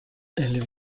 elle